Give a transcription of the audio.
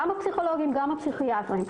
גם הפסיכולוגיים וגם הפסיכיאטריים,